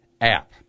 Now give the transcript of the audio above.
app